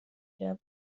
der